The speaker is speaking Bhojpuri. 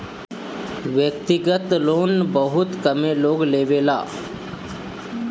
व्यक्तिगत लोन बहुत कमे लोग लेवेला